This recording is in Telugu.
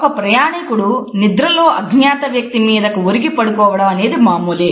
ఒక ప్రయాణికుడు నిద్రలో అజ్ఞాత వ్యక్తి మీదకు ఒరిగి పడుకోవడం అనేది మామూలే